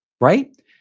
right